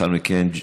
לאחר מכן,